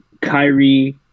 Kyrie